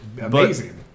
amazing